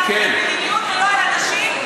אני דיברתי על מדיניות ולא על אנשים,